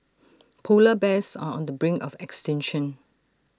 Polar Bears are on the brink of extinction